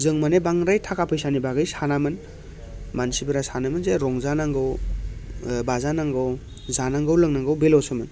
जों माने बांद्राय थाखा फैसानि बागै सानामोन मानसिफोरा सानोमोन जे रंजानांगौ ओ बाजानांगौ जानांगौ लोंनांगौ बेलसोमोन